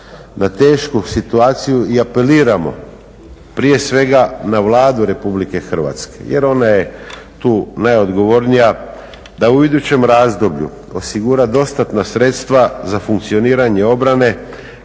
na tešku situaciju i apeliramo prije svega na Vladu Republike Hrvatske jer ona je tu najodgovornija, da u idućem razdoblju osigura dostatna sredstva za funkcioniranje obrane